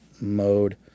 mode